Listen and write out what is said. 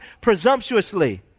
presumptuously